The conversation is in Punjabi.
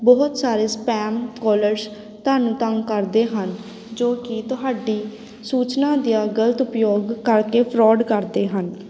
ਬਹੁਤ ਸਾਰੇ ਸਪੈਮ ਕੋਲਰਸ ਤੁਹਾਨੂੰ ਤੰਗ ਕਰਦੇ ਹਨ ਜੋ ਕਿ ਤੁਹਾਡੀ ਸੂਚਨਾ ਦੀਆਂ ਗਲਤ ਉਪਯੋਗ ਕਰਕੇ ਫਰੋਡ ਕਰਦੇ ਹਨ